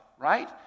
right